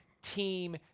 Team